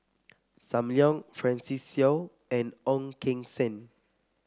Sam Leong Francis Seow and Ong Keng Sen